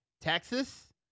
Texas